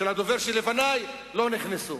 של הדובר שלפני, לא נכנסו,